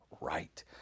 right